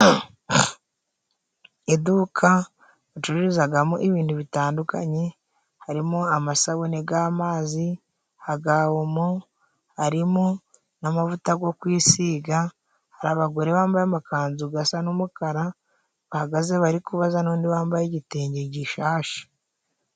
Iduka bacururizagamo ibintu bitandukanye harimo amasabune g'amazi aga omo harimo n'amavuta go kwisiga hari abagore bambaye amakanzu gasa n'umukara bahagaze bari kubaza nundi wambaye igitenge gishasha.